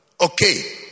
Okay